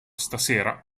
stasera